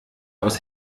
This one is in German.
aus